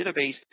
database